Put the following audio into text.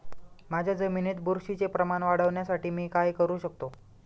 माझ्या जमिनीत बुरशीचे प्रमाण वाढवण्यासाठी मी काय करू शकतो?